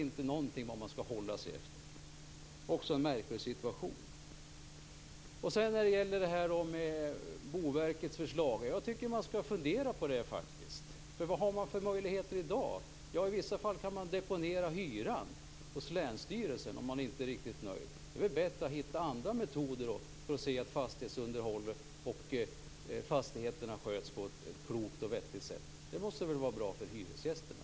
Hyresgästen vet inte alls vad han eller hon skall rätta sig efter. Det är också en märklig situation. Jag tycker att vi skall fundera på Boverkets förslag. Vad har man för möjligheter i dag? Om man inte är riktigt nöjd kan man deponera hyran hos länsstyrelsen. Det är bättre att hitta andra metoder för att se till att fastigheterna sköts på ett klokt och vettigt sätt. Det måste väl vara bra för hyresgästerna?